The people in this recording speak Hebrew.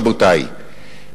רבותי,